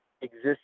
exists